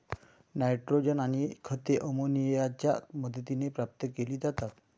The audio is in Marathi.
नायट्रोजन आणि खते अमोनियाच्या मदतीने प्राप्त केली जातात